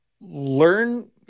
Learn